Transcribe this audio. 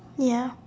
ya